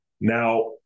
Now